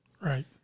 Right